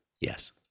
Yes